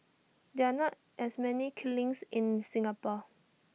there're not as many kilns in Singapore